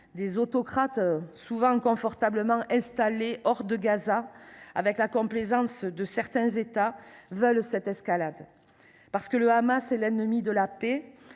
des autocrates souvent confortablement installés hors de Gaza avec la complaisance de certains États, recherchent cette escalade : parce que le Hamas est l’ennemi de la paix